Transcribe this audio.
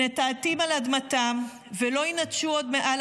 "ונטעתים על אדמתם ולא ינָתשו עוד מעל